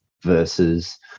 versus